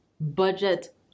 budget